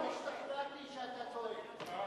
עכשיו השתכנעתי שאתה טועה.